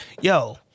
Yo